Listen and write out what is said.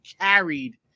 carried